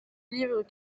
livres